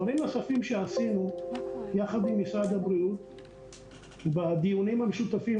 דברים נוספים שעשינו יחד עם משרד הבריאות בדיונים המשותפים,